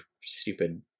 stupid